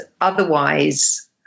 otherwise